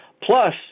Plus